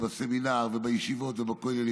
ובסמינר ובישיבות ובכוללים,